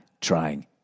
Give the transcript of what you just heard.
trying